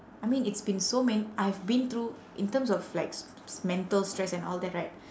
I mean it's been so men~ I've been through in terms of like s~ mental stress and all that right